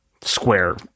square